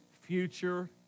future